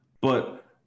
but-